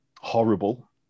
horrible